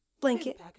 blanket